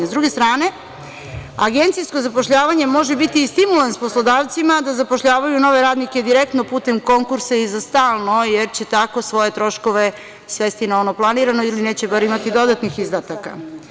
Sa druge strane, agencijsko zapošljavanje može biti i stimulans poslodavcima da zapošljavaju nove radnike direktno putem konkursa i za stalno, jer će tako svoje troškove svesti na ono planirano ili neće bar imati dodatnih izdataka.